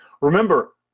remember